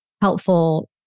helpful